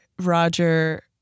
roger